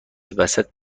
وسط